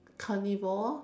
carnivore